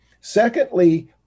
secondly